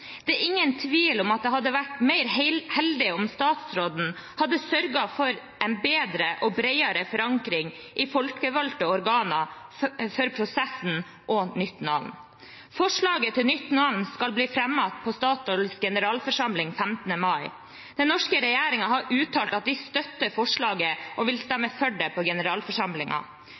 Det er ingen tvil om at det hadde vært mer heldig om statsråden hadde sørget for en bedre og bredere forankring i folkevalgte organer for prosessen og nytt navn. Forslaget til nytt navn skal bli fremmet på Statoils generalforsamling 15. mai. Den norske regjeringen har uttalt at den støtter forslaget og vil stemme for det på